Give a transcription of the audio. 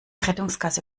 rettungsgasse